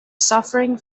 suffering